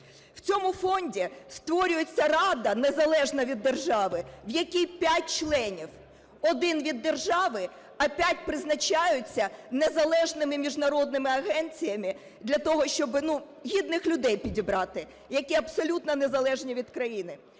В цьому фонді створюється рада, незалежна від держави, в якій п'ять членів: один - від держави, а п'ять призначаються незалежними міжнародними агенціями для того, щоб, ну, гідних людей підібрати, які абсолютно незалежні від країни.